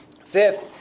Fifth